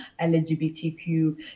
LGBTQ